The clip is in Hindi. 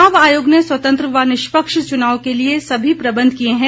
चुनाव आयोग ने स्वतंत्र व निष्पक्ष चूनाव के लिए सभी प्रबंध किए हैं